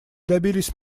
добились